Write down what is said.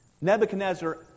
Nebuchadnezzar